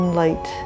light